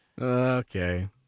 Okay